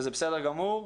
וזה בסדר גמור,